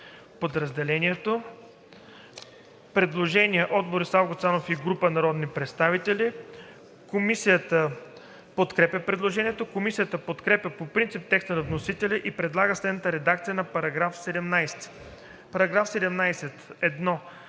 предложение от Борислав Гуцанов и група народни представители. Комисията подкрепя предложението. Комисията подкрепя по принцип текста на вносителя и предлага следната редакция за § 14: „§ 14.